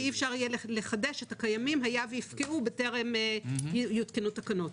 ואי אפשר יהיה לחדש את הקיימים אם יפקעו בטרם יותקנו תקנות.